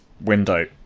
window